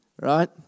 right